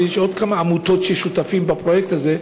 ויש עוד כמה עמותות ששותפות בפרויקטים הזה,